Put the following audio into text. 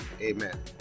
Amen